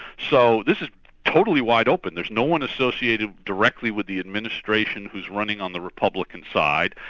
so this is totally wide open, there's no-one associated directly with the administration who's running on the republican side,